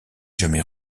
jamais